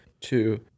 two